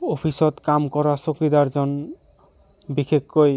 অফিচত কাম কৰা চকীদাৰজন বিশেষকৈ